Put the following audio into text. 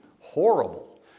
horrible